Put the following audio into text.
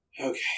Okay